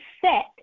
set